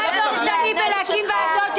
מה דורסני בהקמת ועדות?